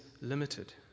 limited